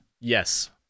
Yes